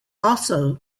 also